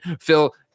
phil